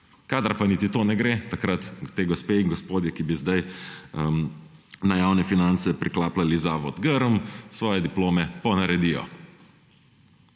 Kadar pa niti to ne gre, takrat te gospe in gospodje, ki bi zdaj na javne finance priklapljali Zavod Grm, svoje diplome ponaredijo.